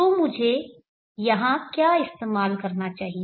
तो मुझे यहां क्या इस्तेमाल करना चाहिए